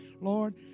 Lord